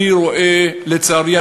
לצערי,